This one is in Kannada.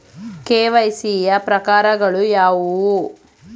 ಕೆ.ವೈ.ಸಿ ಯ ಪ್ರಕಾರಗಳು ಯಾವುವು?